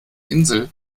insel